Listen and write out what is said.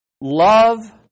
Love